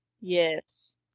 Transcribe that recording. Yes